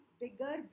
bigger